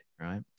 right